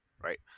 right